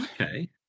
Okay